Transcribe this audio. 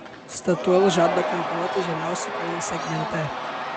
statoil žada konkuruoti žemiausių kainų segmente